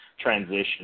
transition